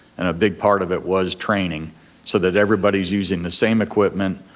and a big part of it was training so that everybody's using the same equipment,